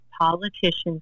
politicians